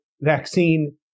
vaccine